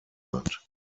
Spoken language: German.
hat